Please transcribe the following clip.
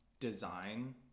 design